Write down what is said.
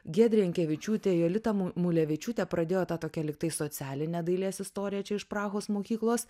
giedrė jankevičiūtė jolita mu mulevičiūtė pradėjo tą tokią lygtai socialinę dailės istoriją čia iš prahos mokyklos